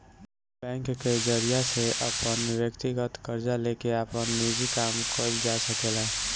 bank के जरिया से अपन व्यकतीगत कर्जा लेके आपन निजी काम कइल जा सकेला